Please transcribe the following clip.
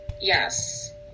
Yes